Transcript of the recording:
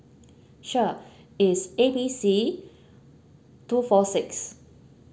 sure is A B C two four six